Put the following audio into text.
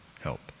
help